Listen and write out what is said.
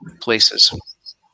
places